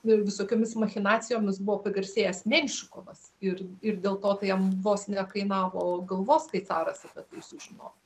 ir visokiomis machinacijomis buvo pagarsėjęs menšikovas ir ir dėl to tai jam vos nekainavo galvos kai caras apie tai sužino